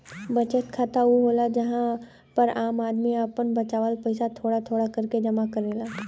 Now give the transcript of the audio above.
बचत खाता ऊ होला जहां पर आम आदमी आपन बचावल पइसा थोड़ा थोड़ा करके जमा करेला